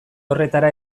horretara